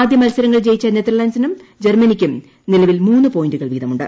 ആദ്യ മത്സരങ്ങൾ ജയിച്ച നെതർലന്റിനും ജർമ്മനിക്കും നിലവിൽ മൂന്ന് പോയിന്റുകൾ വീതമുണ്ട്